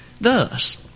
Thus